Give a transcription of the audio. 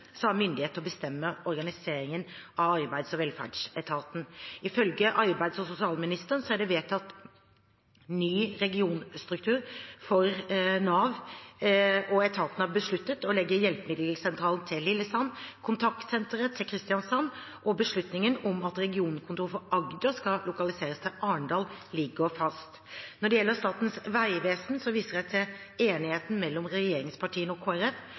har myndighet til å bestemme organiseringen av arbeids- og velferdsetaten. Ifølge arbeids- og sosialministeren er det vedtatt ny regionstruktur for Nav, og etaten har besluttet å legge hjelpemiddelsentralen til Lillesand og kontaktsenteret til Kristiansand. Beslutningen om at regionkontoret for Agder skal lokaliseres til Arendal, ligger fast. Når det gjelder Statens vegvesen, viser jeg til enigheten mellom regjeringspartiene og